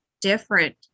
different